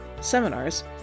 seminars